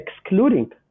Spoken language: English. excluding